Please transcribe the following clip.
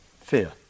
Fear